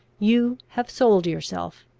you have sold yourself.